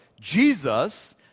Jesus